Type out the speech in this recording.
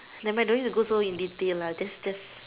never mind don't need to go so into detail lah just just